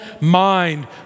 mind